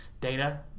data